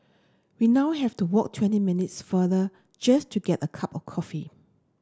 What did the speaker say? we now have to walk twenty minutes futher just to get a cup of coffee